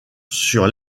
sur